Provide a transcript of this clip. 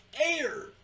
air